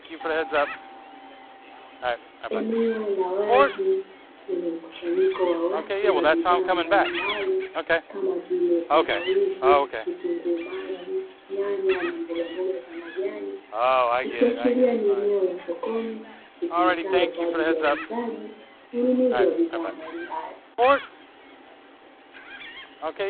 Eneo la wazi lenye mkusanyiko wa watu na bidhaa mbalimbali kama vile; tangawizi, vitunguu maji, nyanya na mbogamboga za majani, ikiashiria kuwa ni eneo la sokoni litumikalo kwa ajili ya uuzaji na ununuzi wa bidhaa mbalimbali.